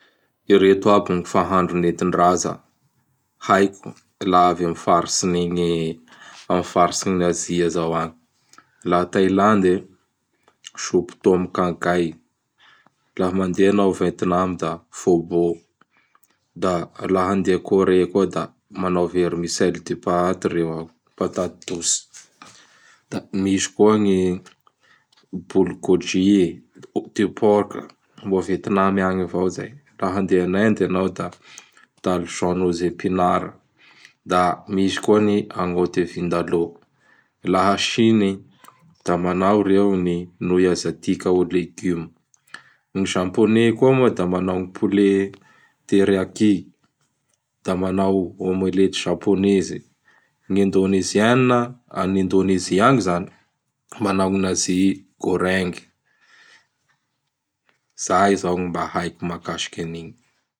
Ireto aby ny fahandro nentin-draza haiko laha avy amin'ny faritsin'igny, amin'ny faritsin'ny Azia izao añy: laha a Thailande (Soupe Tom Kan Kai), laha mandeha anao a Vietnam da Fobo, da laha handeha a Corée koa da manao vermicelle de patte ireo ao (Patate douce). Da misy koa ny: Bok Gôzy, Wok de porc; mbô a Vietnam añy avao izay. Laha handeha en Inde anao da Dalzone au épinard, da misy koa ny Oignot de Vindalôt. Laha en Chine, da manao ireo ny: Nouille Asiatique au légume. Ny Japonais moa da manao gny Poulet Thériaky, da manao Omelety Japonaise. Gn' Indonesianina, añy Indonesia agny izany, manao ny Nazy Gorengy. Izay izao gny mba haiko mahakasiky anigny.